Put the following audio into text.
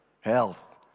health